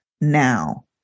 now